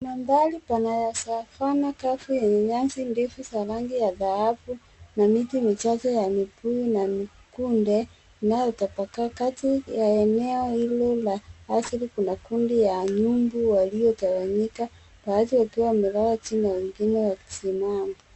Mandhari pana ya savana kavu ya nyasi ndefu za rangi ya dhahabu na miti michache ya mibuni na mikunde inayotapakaa. Kati ya eneo hilo la asili kuna kundi ya nyumbu waliotawanyika, baadhi wakiwa wamelala chini na wengine wakisimama.